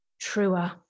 truer